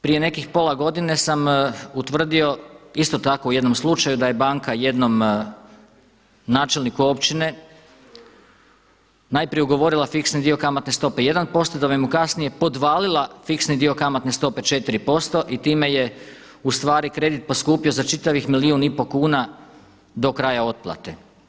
Prije nekih pola godine sam utvrdio isto tako u jednom slučaju da je banka jednom načelniku općine najprije ugovorila fiksni dio kamatne stope 1%, da bi mu kasnije podvalila fiksni dio kamatne stope 4% i time je u stvari kredit poskupio za čitavih milijun i pol kuna do kraja otplate.